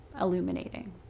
illuminating